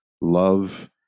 love